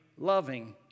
loving